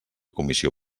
comissió